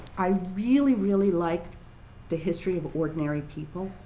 i'd really, really like the history of ordinary people,